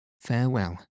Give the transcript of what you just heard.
Farewell